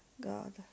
God